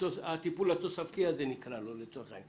הטיפול התוספתי כפי שנקרא לו.